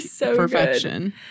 perfection